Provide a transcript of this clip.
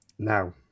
Now